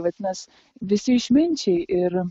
vadinas visi išminčiai ir